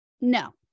No